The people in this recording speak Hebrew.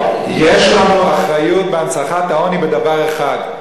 יש לנו אחריות בהנצחת העוני בדבר אחד,